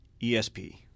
ESP